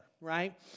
right